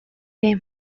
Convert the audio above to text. ere